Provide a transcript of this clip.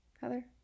Heather